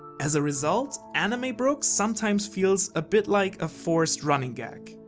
as a result, anime-brook sometimes feels a bit like a forced running gag.